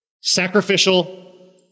sacrificial